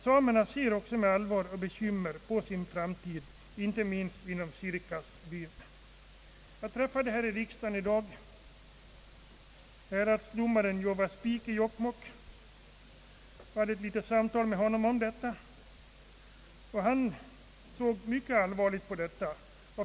Samerna ser också med allvar och bekymmer på sin framtid inte minst inom Sirkas by. Jag träffade här i riksdagen i dag häradsdomaren Jowa Spiik i Jokkmokk och hade ett litet samtal med honom om den här saken. Han såg mycket allvarligt på läget.